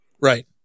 Right